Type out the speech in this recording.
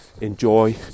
enjoy